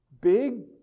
Big